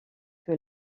que